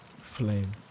flame